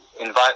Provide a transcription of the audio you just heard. invite